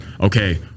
okay